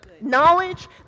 Knowledge